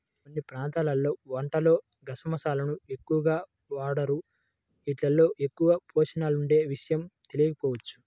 కొన్ని ప్రాంతాల్లో వంటల్లో గసగసాలను ఎక్కువగా వాడరు, యీటిల్లో ఎక్కువ పోషకాలుండే విషయం తెలియకపోవచ్చు